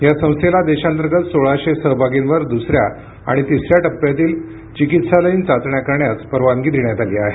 या संस्थेला देशांतर्गत सोळाशे सहभागींवर द्सऱ्या आणि तिसऱ्या टप्प्यातील चिकित्सालयीन चाचण्या करण्यास परवानगी देण्यात आली आहे